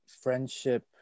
friendship